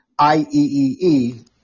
IEEE